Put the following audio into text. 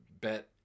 bet